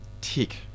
tick